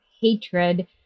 hatred